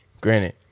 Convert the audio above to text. granted